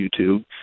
YouTube